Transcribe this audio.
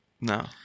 No